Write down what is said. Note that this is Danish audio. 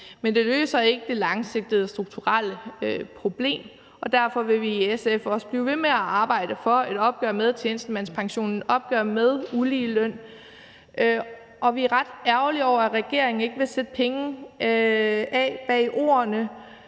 men det løser ikke det langsigtede strukturelle problem, og derfor vil vi i SF også blive ved med at arbejde for et opgør med tjenestemandsreformen, opgør med uligeløn, og vi er ret ærgerlige over, at regeringen ikke vil sætte penge bag ordene,